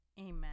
Amen